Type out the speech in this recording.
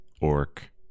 orc